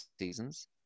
seasons